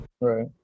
Right